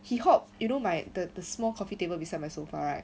he hopped you know my the small coffee table beside my sofa right